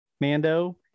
Mando